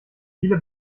viele